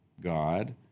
God